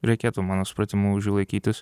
reikėtų mano supratimu už jų laikytis